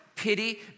Pity